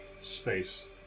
space